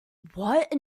what